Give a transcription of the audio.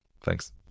Thanks